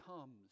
comes